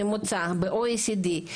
בOECD-,